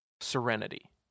serenity